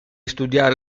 studiare